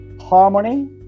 Harmony